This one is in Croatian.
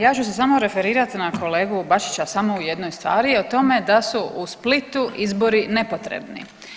Ja ću se samo referirat na kolegu Bačića samo u jednoj stvari, o tome da su u Splitu izbori nepotrebni.